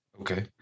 Okay